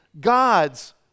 God's